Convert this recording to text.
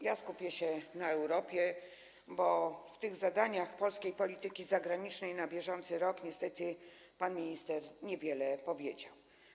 Ja skupię się na Europie, bo o tych zadaniach polskiej polityki zagranicznej na bieżący rok niestety pan minister niewiele powiedział.